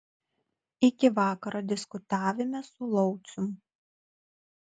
iki vakaro diskutavome su laucium